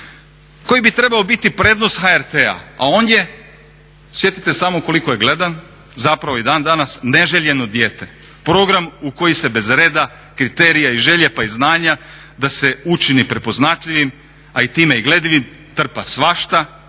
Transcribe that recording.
koji bi trebao biti prednost HRT-a a on je, sjetite samo koliko je gledan, zapravo i dan danas neželjeno dijete. Program u koji se bez reda kriterija i želje pa i znanja da se učini prepoznatljivim a i time gledljivim trpa svašta